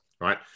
right